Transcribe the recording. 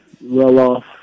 well-off